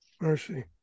mercy